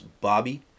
Bobby